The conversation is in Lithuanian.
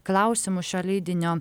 klausimų šio leidinio